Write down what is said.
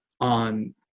on